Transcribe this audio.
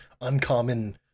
uncommon